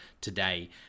today